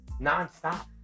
nonstop